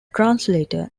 translator